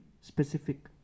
specific